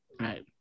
right